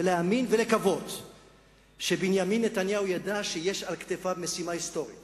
ולהאמין ולקוות שבנימין נתניהו ידע שיש על כתפיו משימה היסטורית